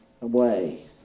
away